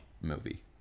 movie